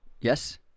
Yes